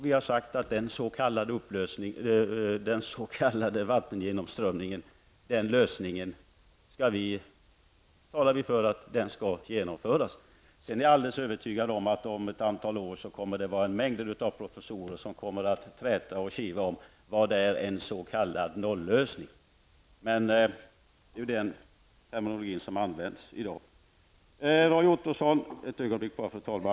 Vi har sagt att det talar för att den lösningen för vattengenomströmningen skall genomföras. Sedan är jag alldeles övertygad om att det om ett antal år kommer att finnas mängder av professorer som kommer att träta och kivas om vad en s.k. nolllösning är. Men det är ju den terminologi som används i dag. Jag vill vända mig till Roy Ottosson.